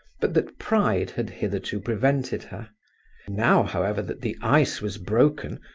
but that pride had hitherto prevented her now, however, that the ice was broken,